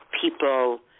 people